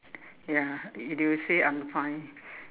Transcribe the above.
ya they will say I'm fine